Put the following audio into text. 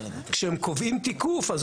כשהם קובעים תיקוף,